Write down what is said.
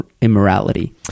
immorality